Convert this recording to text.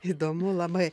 įdomu labai